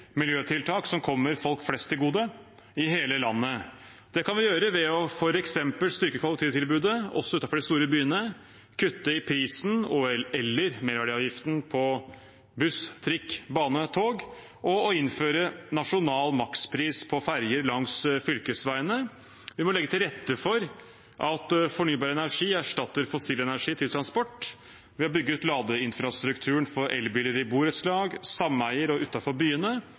miljøtiltak som kommer folk flest til gode i hele landet. Det kan vi gjøre ved f.eks. å styrke kollektivtilbudet også utenfor de store byene, kutte i prisen og/eller merverdiavgiften på buss, trikk, bane og tog og ved å innføre nasjonal makspris på ferjer langs fylkesveiene. Vi må legge til rette for at fornybar energi erstatter fossil energi til transport ved å bygge ut ladeinfrastrukturen for elbiler i borettslag, sameier og utenfor byene,